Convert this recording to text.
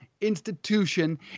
institution